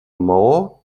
maó